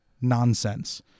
nonsense